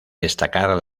destacar